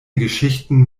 geschichten